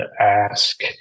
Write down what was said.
ask